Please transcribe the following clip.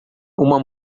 uma